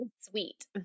sweet